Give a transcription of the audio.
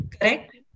correct